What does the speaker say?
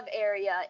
area